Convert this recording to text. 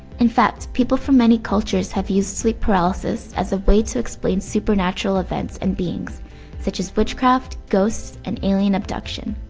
in fact, people from many cultures have used sleep paralysis as a way to explain supernatural events and beings such as witchcraft, ghosts, and alien abduction.